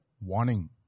Warning